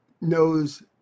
knows